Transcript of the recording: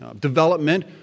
development